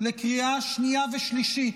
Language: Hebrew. לקריאה שנייה ושלישית.